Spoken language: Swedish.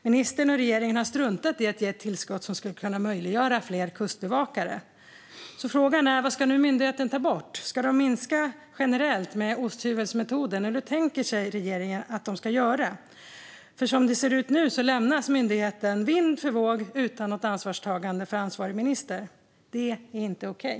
Ministern och regeringen har struntat i att ge ett tillskott som skulle kunna möjliggöra fler kustbevakare. Frågan är: Vad ska nu myndigheten ta bort? Ska de minska generellt med osthyvelsmetoden, eller hur tänker sig regeringen att de ska göra? Som det ser ut nu lämnas myndigheten vind för våg utan något ansvarstagande av ansvarig minister. Det är inte okej.